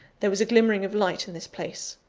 there was a glimmering of light in this place.